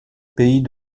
pays